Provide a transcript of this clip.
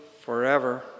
forever